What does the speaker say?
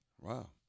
wow